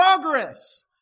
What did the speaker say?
progress